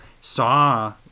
saw